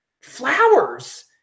flowers